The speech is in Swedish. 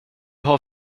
har